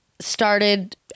started